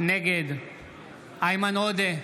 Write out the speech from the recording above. נגד איימן עודה,